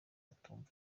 atumva